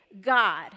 God